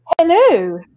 hello